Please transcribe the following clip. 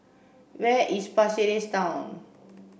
where is Pasir Ris Town